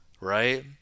right